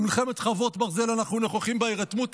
במלחמת חרבות ברזל אנחנו נוכחים בהירתמות